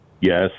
Yes